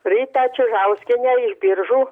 ritą čiužauskienę iš biržų